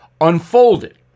unfolded